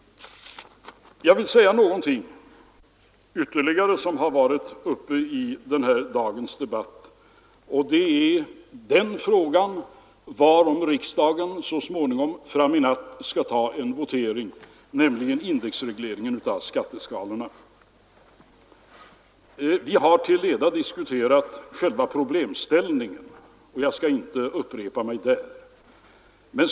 Jag vill beröra ytterligare en fråga som har tagits upp i dagens debatt, nämligen den fråga varom riksdagen så småningom fram i natt skall votera: indexregleringen av skatteskalorna. Vi har till leda diskuterat själva problemställningen, och jag skall inte upprepa mig där.